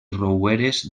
rouredes